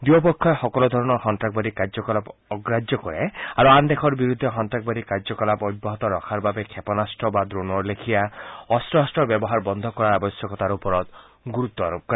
দুয়ো পক্ষই সকলো ধৰণৰ সন্তাসবাদী কাৰ্যকলাপ অগ্ৰাহ্য কৰে আৰু আন দেশৰ বিৰুদ্ধে সন্তাসবাদী কাৰ্যকলাপ অব্যাহত ৰখাৰ বাবে ক্ষেপনাস্ত্ৰ আৰু ড্ৰোণৰ লেখীয়া অস্ত্ৰ শস্ত্ৰৰ ব্যৱহাৰ বন্ধ কৰাৰ আৱশ্যকতাৰ ওপৰত গুৰুত্ব আৰোপ কৰে